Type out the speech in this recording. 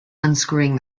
unscrewing